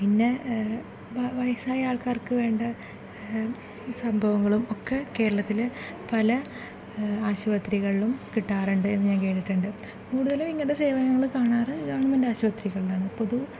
പിന്നെ ഇങ്ങനെ വയസ്സായ ആൾക്കാർക്ക് വേണ്ട സംഭവങ്ങളും ഒക്കെ കേരളത്തിൽ പല ആശുപത്രികളിലും കിട്ടാറുണ്ട് എന്ന് ഞാൻ കേട്ടിട്ടുണ്ട് കൂടുതലും ഇങ്ങനത്തെ സേവനങ്ങൾ കാണാറ് ഗവണ്മെൻറ്റ് ആശുപത്രികളിലാണ് പൊതു